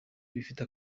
ibifite